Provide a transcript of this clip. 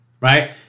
right